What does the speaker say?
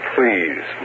Please